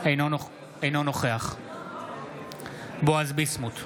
אינו נוכח בועז ביסמוט,